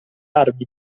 armi